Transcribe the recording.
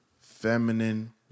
feminine